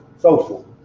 social